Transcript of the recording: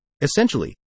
Essentially